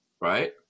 right